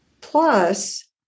Plus